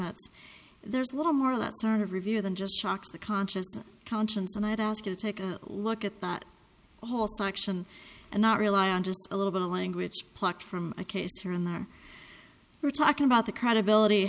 me there's little more let sort of review than just shocks the conscious conscience and i ask you to take a look at that whole section and not rely on just a little bit of language plucked from a case here and there we're talking about the credibility